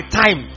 time